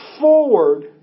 forward